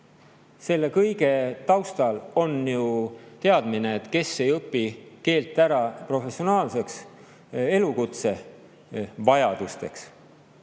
tekkimise taustal on ju teadmine, et kes ei õpi keelt ära professionaalseteks, elukutse vajadusteks,